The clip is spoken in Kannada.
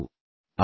ಅವರು ಸಹಪಾಠಿನಾ